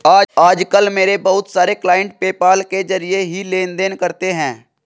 आज कल मेरे बहुत सारे क्लाइंट पेपाल के जरिये ही लेन देन करते है